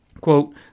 Quote